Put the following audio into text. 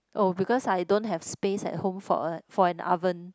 oh because I don't have space at home for a for an oven